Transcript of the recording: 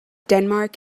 denmark